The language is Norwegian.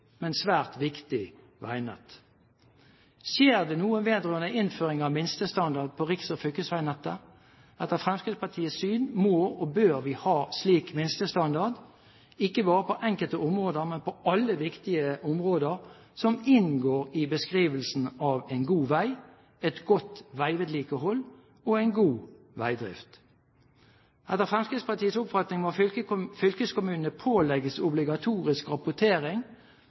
men svært viktig veinett. Skjer det noe vedrørende innføring av minstestandard på riks- og fylkesveinettet? Etter Fremskrittspartiets syn må og bør vi ha en slik minstestandard, ikke bare på enkelte områder, men på alle viktige områder som inngår i beskrivelsen av en god vei, et godt veivedlikehold og en god veidrift. Etter Fremskrittspartiets oppfatning må fylkeskommunene pålegges obligatorisk rapportering